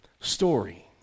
story